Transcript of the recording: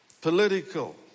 Political